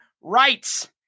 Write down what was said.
rights